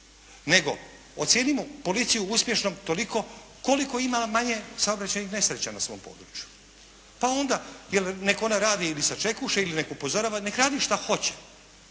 nego ocijenimo policiju uspješnom toliko koliko ima manje saobraćajnih nesreća na svom području. Pa onda, jer nek ona radi ili sačekuše ili neka upozorava, neka radi šta hoće